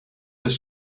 des